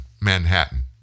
Manhattan